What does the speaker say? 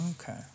Okay